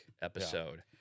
episode